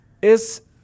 Es